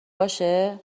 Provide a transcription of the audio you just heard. باشه